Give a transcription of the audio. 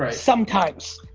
ah sometimes.